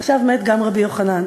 ועכשיו מת גם רבי יוחנן.